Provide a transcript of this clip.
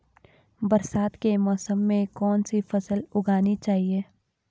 बरसात के मौसम में कौन सी फसल उगानी चाहिए?